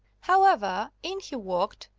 however, in he walked,